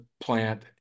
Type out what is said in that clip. plant